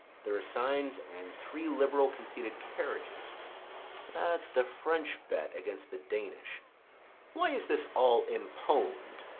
their assigns, and three liberal conceited carriages that's the french bet against the danish why is this all imponed,